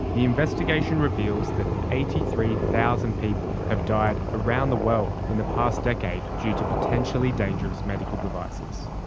the investigation reveals that eighty three thousand people have died around the world in the past decade due to potentially dangerous medical devices.